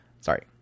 sorry